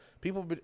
People